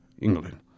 England